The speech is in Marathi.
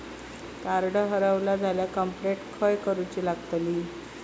कार्ड हरवला झाल्या कंप्लेंट खय करूची लागतली?